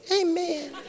amen